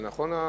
זה נכון,